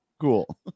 cool